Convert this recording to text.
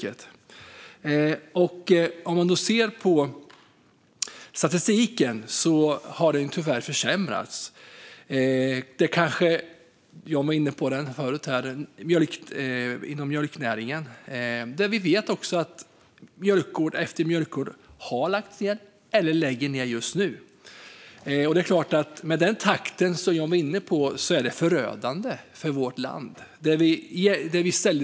Enligt statistiken har den tyvärr försämrats. John talade om mjölknäringen. Vi vet att mjölkgård efter mjölkgård har lagts ned eller lägger ned just nu. Det sker i en takt som är förödande för vårt land, som John var inne på.